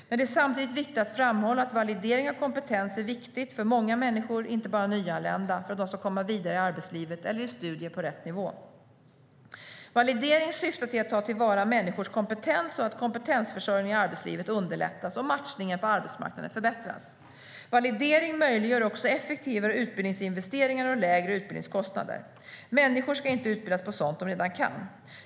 Men det är samtidigt viktigt att framhålla att validering av kompetens är viktigt för många människor, inte bara nyanlända, för att de ska komma vidare i arbetslivet eller i studier på rätt nivå. Validering syftar till att ta till vara människors kompetens så att kompetensförsörjningen i arbetslivet underlättas och matchningen på arbetsmarknaden förbättras. Validering möjliggör också effektivare utbildningsinvesteringar och lägre utbildningskostnader. Människor ska inte utbildas på sådant de redan kan.